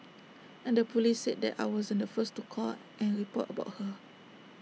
and the Police said that I wasn't the first to call and report about her